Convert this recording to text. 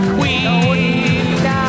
Queen